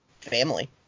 family